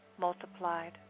multiplied